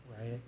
Right